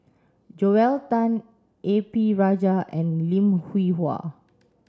Joel Tan A P Rajah and Lim Hwee Hua